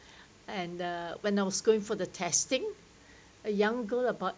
and uh when I was going for the testing a young girl about